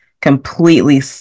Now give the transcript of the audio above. completely